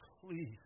please